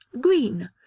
GREEN